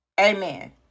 amen